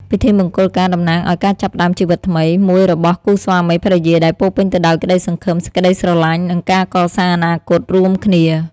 ពិធីមង្គលការតំណាងឱ្យ ការចាប់ផ្តើមជីវិតថ្មី មួយរបស់គូស្វាមីភរិយា ដែលពោរពេញទៅដោយក្តីសង្ឃឹម សេចក្តីស្រឡាញ់ និងការកសាងអនាគតរួមគ្នា ។